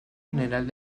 general